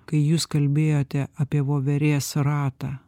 kai jūs kalbėjote apie voverės ratą